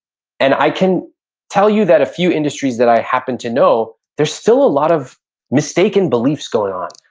and i can tell you that a few industries that i happen to know, there's still a lot of mistaken beliefs going on.